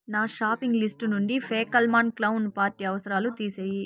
నా shopping list నుండి ఫ్యాకల్మాన్ క్లౌన్ పార్టీ అవసరాలు తీసెయ్యి